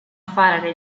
fare